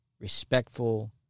respectful